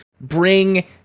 bring